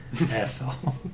asshole